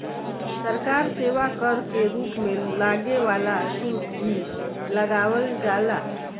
सरकार सेवा कर के रूप में लागे वाला शुल्क भी लगावल जाला